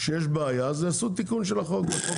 שיש בעיה אז יעשו תיקון של החוק,